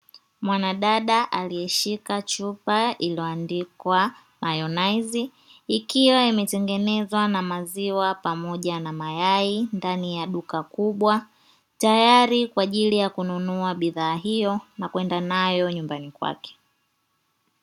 Mwanadada aliyeshika chupa iliyoandikwa mayonaizi ikiwa imetengenezwa na maziwa pamoja na mayai ndani ya duka kubwa, tayari kwa ajili ya kununua bidhaa hiyo na kwenda nayo nyumbani kwake